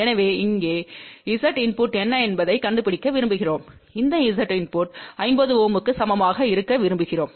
எனவே இங்கே Z input என்ன என்பதைக் கண்டுபிடிக்க விரும்புகிறோம் இந்த Z இன்புட் 50 Ω க்கு சமமாக இருக்க விரும்புகிறோம்